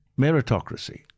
meritocracy